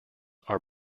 are